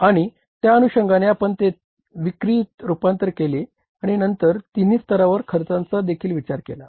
आणि त्या अनुषंगाने आपण ते विक्रीत रुपांतरित केले आणि नंतर तिन्ही स्तरांवर खर्चांचा देखील विचार केला